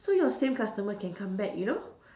so your same customer can come back you know